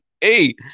hey